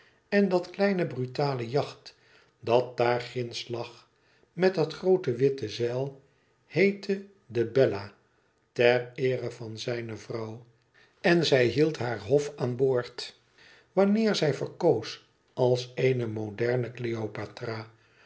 en dat kleine brutale yacht dat daar ginds lag met dat groote witte zeil heette de bella ter eere van zijne vrouw en zij hield haar hof aan boord wanneer zij verkoos als eene moderne qeopatra